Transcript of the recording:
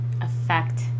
affect